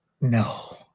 No